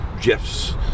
Jeff's